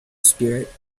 spirit